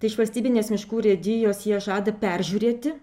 tai iš valstybinės miškų urėdijos jie žada peržiūrėti